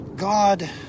God